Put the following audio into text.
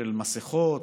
של מסכות,